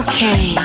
Okay